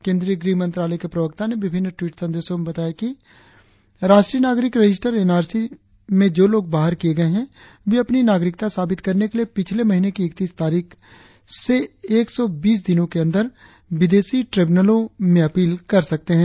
केंद्रीय गृह मंत्रालय के प्रवक्ता ने विभिन्न ट्वीट संदेशों में बताया है कि राष्ट्रीय नागरिक रजिस्टर एनआरसी में जो लोग बाहर किए गए हैं वे अपनी नागरिकता साबित करने के लिए पिछले महीने की इकत्तीस तारीख से एक सौ बीस दिनों के अंदर विदेशी ट्रिब्यूनलों में अपील कर सकते हैं